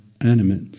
animate